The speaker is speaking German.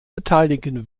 beteiligen